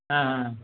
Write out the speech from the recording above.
ஆ ஆ ஆ